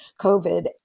COVID